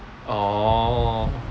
orh